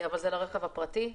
אבל זה לרכב הפרטי.